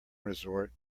resort